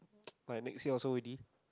my next year also already